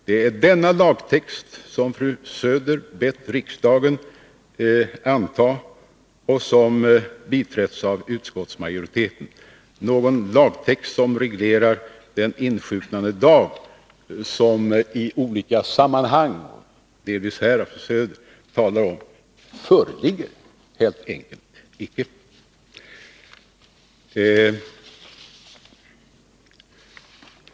Det är denna lagtext som fru Söder bett riksdagen anta och som tillstyrkts av utskottsmajoriteten. Någon lagtext som reglerar den insjuknandedag som det talats om i olika sammanhang, bl.a. här av fru Söder, föreligger helt enkelt inte.